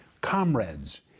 comrades